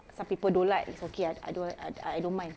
some people don't like it's okay ah I don't want ah ah I don't mind